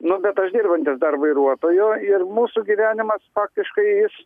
nu bet aš dirbantis dar vairuotoju ir mūsų gyvenimas faktiškai jis